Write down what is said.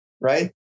right